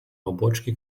obłoczki